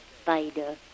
spider